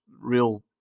real